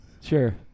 Sure